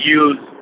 use